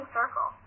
circle